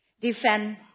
defend